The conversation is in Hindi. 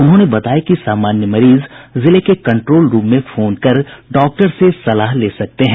उन्होंने बताया कि सामान्य मरीज जिले के कंट्रोल रूम में फोन कर डॉक्टर से सलाह ले सकते हैं